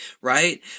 right